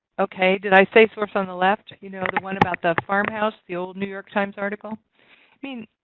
okay. did i say source on the left? you know the one about the farmhouse, the old new york times article? i mean,